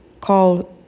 call